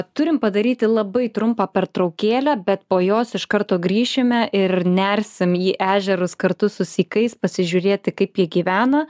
turim padaryti labai trumpą pertraukėlę bet po jos iš karto grįšime ir nersim į ežerus kartu su sykais pasižiūrėti kaip jie gyvena